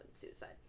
suicide